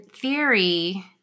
theory